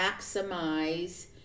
maximize